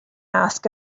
ask